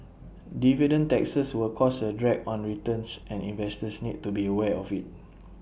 dividend taxes will cause A drag on returns and investors need to be aware of IT